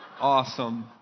Awesome